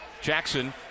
Jackson